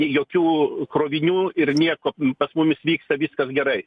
jokių krovinių ir nieko pas mumis vyksta viskas gerai